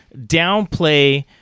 downplay